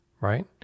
right